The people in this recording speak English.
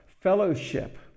fellowship